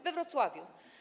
We Wrocławiu.